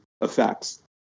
effects